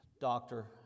doctor